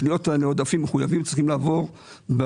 הפניות האלה עודפים מחויבים צריכים לעבור בחודשים